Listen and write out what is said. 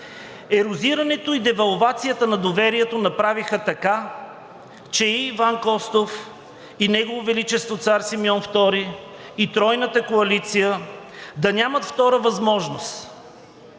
Ерозирането и девалвацията на доверието направиха така, че и Иван Костов, и Негово величество цар Симеон Втори, и Тройната коалиция да нямат втора възможност,